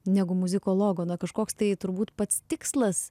negu muzikologo na kažkoks tai turbūt pats tikslas